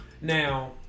Now